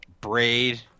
braid